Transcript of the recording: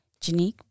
Janique